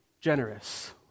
generous